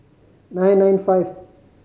nine nine five